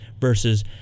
Versus